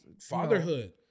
fatherhood